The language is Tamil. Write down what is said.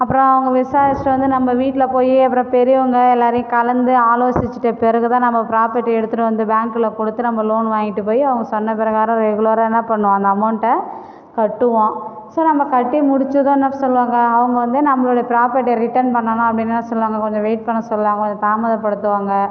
அப்புறம் அவங்க விசாரிச்சிகிட்டு வந்து நம்ம வீட்டில் போய் அப்புறம் பெரியவங்க எல்லோரையும் கலந்து ஆலோசிச்சிகிட்ட பிறகு தான் நம்ம ப்ராப்பர்ட்டியை எடுத்துகிட்டு வந்து பேங்கில் கொடுத்து நம்ம லோன் வாங்கிட்டு போய் அவங்க சொன்ன பிரகாரம் ரெகுலராக என்ன பண்ணும் அந்த அமௌண்ட்டை கட்டுவோம் சரி அந்த கட்டி முடிச்சதும் என்ன சொல்லுவாங்கள் அவங்க வந்து நம்மளுடைய ப்ராப்பர்ட்டியை ரிட்டன் பண்ணுன்னா அப்படி என்ன சொல்லுவாங்கள் கொஞ்சம் வெயிட் பண்ண சொல்லுவாங்கள் கொஞ்சம் தாமதப்படுத்துவாங்கள்